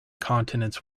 continents